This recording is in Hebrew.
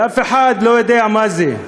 ואף אחד לא יודע מה זה.